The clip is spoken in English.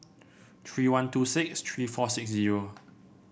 three one two six three four six zero